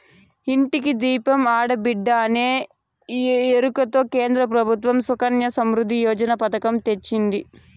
ఇంటికి దీపం ఆడబిడ్డేననే ఎరుకతో కేంద్ర ప్రభుత్వం సుకన్య సమృద్ధి యోజననే పతకం తెచ్చింది